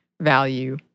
value